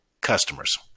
customers